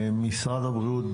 משרד הבריאות,